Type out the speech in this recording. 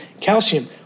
calcium